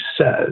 says